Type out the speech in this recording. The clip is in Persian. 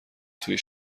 توی